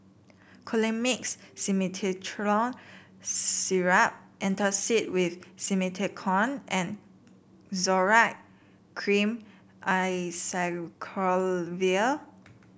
Colimix Simethicone Syrup Antacid with Simethicone and Zoral Cream Acyclovir